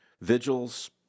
Vigils